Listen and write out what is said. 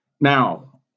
now